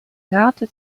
karte